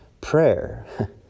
prayer